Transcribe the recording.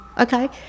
okay